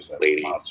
lady